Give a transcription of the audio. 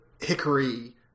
hickory